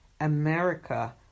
America